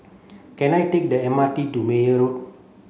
can I take the M R T to Meyer Road